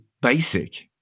basic